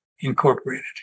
Incorporated